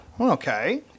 okay